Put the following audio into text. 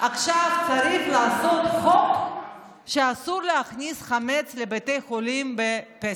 צריך לעשות חוק שאסור להכניס חמץ לבתי חולים בפסח.